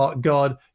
God